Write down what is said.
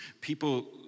people